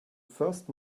first